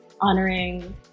honoring